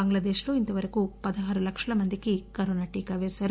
బంగ్లాదేక్లో ఇంతవరకు పదహారు లక్షల మందికి కరోనా టీకా పేసారు